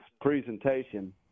presentation